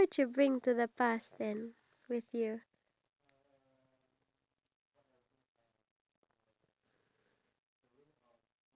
okay what about like bringing something from today's modern day in back into that era what would it be